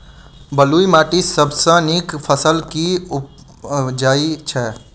बलुई माटि मे सबसँ नीक फसल केँ उबजई छै?